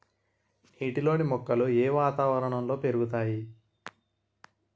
నీటిలోని మొక్కలు ఏ వాతావరణంలో పెరుగుతాయి?